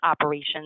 operations